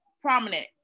prominent